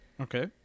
Okay